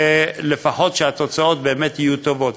ולפחות שהתוצאות באמת יהיו טובות.